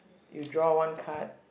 you draw one card